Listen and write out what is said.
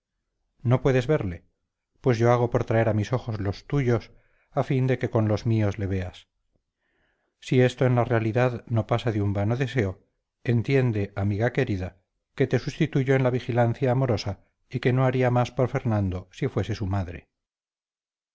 no puedes verle pues yo hago por traer a mis ojos los tuyos a fin de que con los míos le veas si esto en la realidad no pasa de un vano deseo entiende amiga querida que te sustituyo en la vigilancia amorosa y que no haría más por fernando si fuese su madre